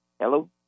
Hello